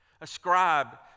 Ascribe